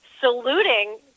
saluting